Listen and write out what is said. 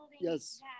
yes